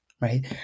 Right